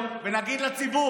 נא לסיים.